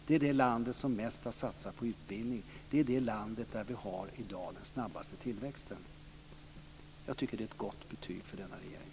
Det är det land som mest har satsat på utbildning. Det är det land som där vi i dag har den snabbaste tillväxten. Jag tycker att det är ett gott betyg för denna regering.